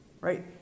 right